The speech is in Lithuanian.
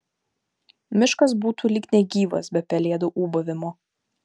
miškas būtų lyg negyvas be pelėdų ūbavimo